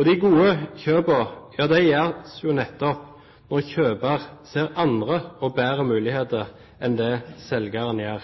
De gode kjøpene gjøres jo nettopp når kjøper ser andre og bedre muligheter enn det selger gjør.